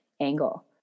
angle